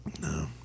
No